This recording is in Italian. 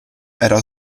era